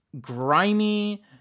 grimy